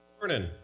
Morning